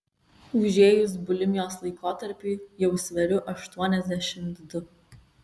užėjus bulimijos laikotarpiui jau sveriu aštuoniasdešimt du